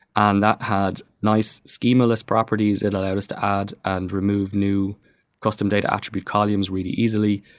and that had nice schema-less properties that i use to add and remove new custom data attribute columns really easily.